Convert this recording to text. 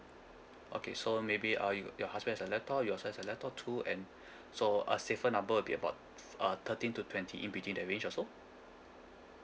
okay so maybe uh you your husband has a laptop you also has a laptop too and so a safer number maybe about f~ uh thirteen to twenty in between that range or so